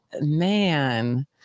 Man